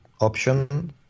option